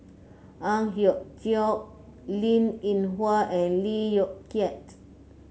Ang Hiong Chiok Linn In Hua and Lee Yong Kiat